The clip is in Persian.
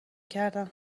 کردن